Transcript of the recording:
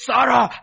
Sarah